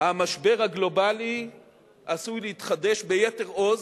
המשבר הגלובלי עשוי להתחדש ביתר עוז,